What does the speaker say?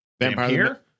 Vampire